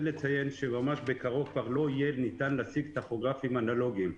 לציין שממש בקרוב כבר לא יהיה ניתן להשיג טכוגרפים אנלוגיים,